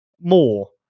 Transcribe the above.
more